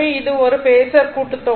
ஆனால் இது ஒரு பேஸர் கூட்டுத்தொகையாகும்